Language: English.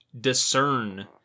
discern